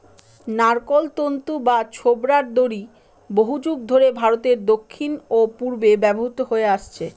নারকোল তন্তু বা ছোবড়ার দড়ি বহুযুগ ধরে ভারতের দক্ষিণ ও পূর্বে ব্যবহৃত হয়ে আসছে